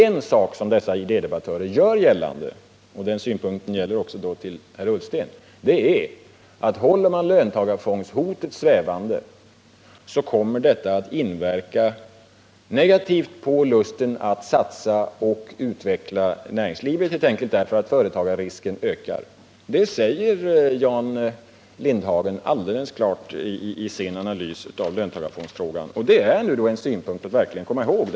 En sak som dessa idédebattörer gör gällande —- och nu vänder jag mig även till herr Ullsten — är att om man håller löntagarfondshotet levande så kommer detta att inverka negativt på lusten att göra satsningar för att utveckla näringslivet, eftersom löntagarfonder gör att företagarrisken ökar. Det säger Jan Lindhagen alldeles klart i sin analys av löntagarfondsfrågan. Det är nu en synpunkt att verkligen komma ihåg.